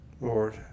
Lord